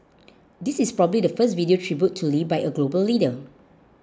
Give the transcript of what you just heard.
this is probably the first video tribute to Lee by a global leader